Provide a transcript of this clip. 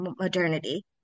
modernity